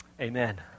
Amen